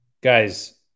Guys